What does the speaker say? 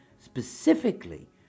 specifically